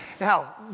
Now